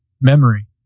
memory